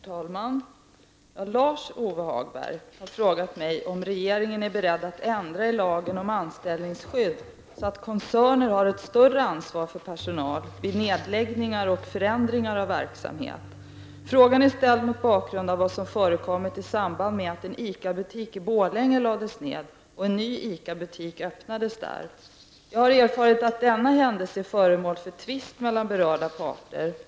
Herr talman! Lars-Ove Hagberg har frågat mig om regeringen är beredd att ändra i lagen om anställningsskydd så att koncerner har ett större ansvar för personal vid nedläggningar och förändringar av verksamhet. Frågan är ställd mot bakgrund av vad som förekommit i samband med att en ICA-butik i Jag har erfarit att denna händelse är föremål för tvist mellan berörda parter.